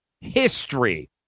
history